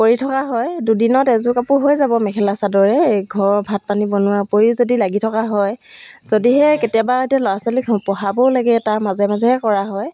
কৰি থকা হয় দুদিনত এযোৰ কাপোৰ হৈ যাব মেখেলা চাদৰে ঘৰৰ ভাত পানী বনোৱাৰ ওপৰি যদি লাগি থকা হয় যদিহে কেতিয়াবা এতিয়া ল'ৰা ছোৱালীক পঢ়াবও লাগে তাৰ মাজে মাজেহে কৰা হয়